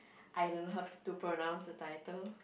I don't know how to pronounce the title